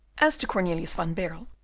as to cornelius van baerle,